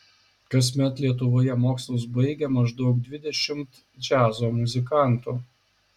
kasmet lietuvoje mokslus baigia maždaug dvidešimt džiazo muzikantų